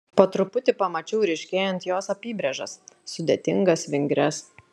po truputį pamačiau ryškėjant jos apybrėžas sudėtingas vingrias